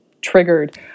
triggered